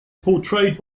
portrayed